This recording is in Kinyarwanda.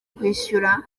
kwishyura